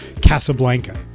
Casablanca